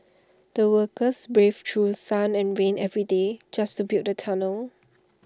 the workers braved through sun and rain every day just to build the tunnel